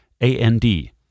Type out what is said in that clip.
A-N-D